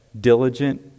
diligent